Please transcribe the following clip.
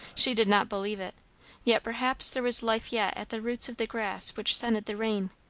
she did not believe it yet perhaps there was life yet at the roots of the grass which scented the rain.